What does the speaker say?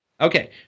Okay